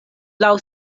laŭ